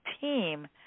team